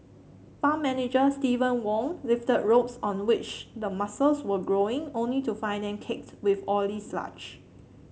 farm manager Steven Wong lifted ropes on which the mussels were growing only to find them caked with oily sludge